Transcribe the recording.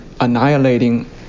annihilating